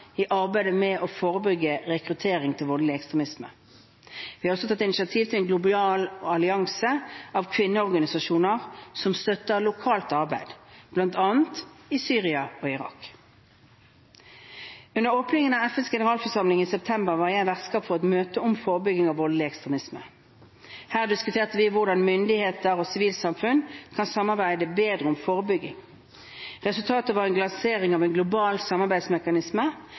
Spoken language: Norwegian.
i arbeidet med å forebygge rekruttering til voldelig ekstremisme. Vi har også tatt initiativ til en global allianse av kvinneorganisasjoner som støtter lokalt arbeid, bl.a. i Syria og Irak. Under åpningen av FNs generalforsamling i september var jeg vertskap for et møte om forebygging av voldelig ekstremisme. Her diskuterte vi hvordan myndigheter og sivilt samfunn kan samarbeide bedre om forebygging. Resultatet var lanseringen av en global samarbeidsmekanisme.